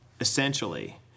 essentially